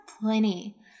plenty